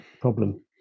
problem